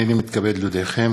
הנני מתכבד להודיעכם,